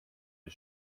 you